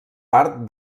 part